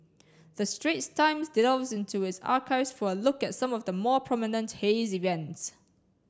the Straits Times delves into its archives for a look at some of the more prominent haze events